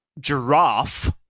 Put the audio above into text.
Giraffe